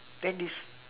that is